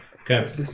Okay